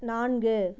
நான்கு